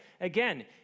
again